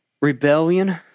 Rebellion